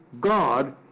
God